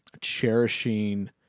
cherishing